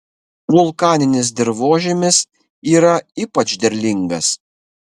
vulkaninis dirvožemis yra ypač derlingas